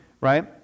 right